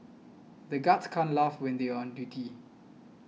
the guards can't laugh when they are on duty